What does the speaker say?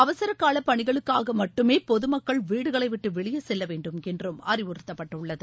அவசரகால பணிகளுக்காக மட்டுமே பொதுமக்கள் வீடுகளை விட்டு வெளியே செல்ல வேண்டும் என்று அறிவுறுத்தப்பட்டுள்ளது